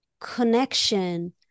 connection